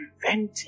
preventing